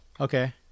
Okay